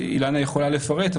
אילנה יכולה לפרט,